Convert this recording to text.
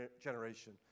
generation